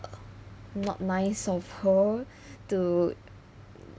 not nice of her to